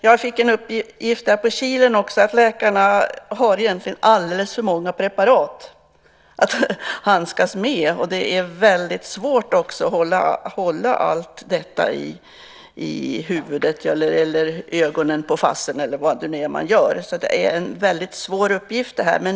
Jag fick en uppgift av KILEN om att läkarna egentligen har alldeles för många preparat att handskas med. Det är väldigt svårt att hålla allt detta i huvudet eller att hålla ögonen på FASS, eller vad det nu är man gör. Det är en mycket svår uppgift.